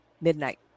midnight